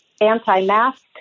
anti-mask